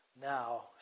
now